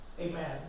amen